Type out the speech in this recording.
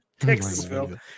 Texasville